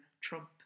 Trump